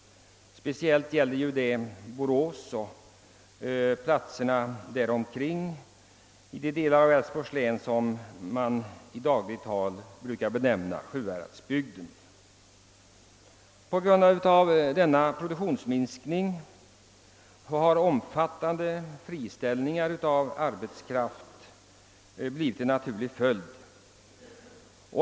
Detta gäller särskilt Borås och Sju häradsbygden men även andra delar av landet. En naturlig följd av denna produktionsminskning har blivit omfattande friställningar av arbetskraft.